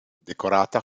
decorata